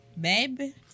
baby